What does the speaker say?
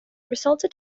resulted